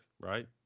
right